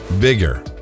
bigger